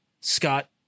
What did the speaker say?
Scott